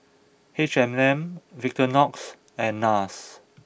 H and M Victorinox and Nars